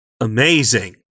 amazing